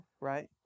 right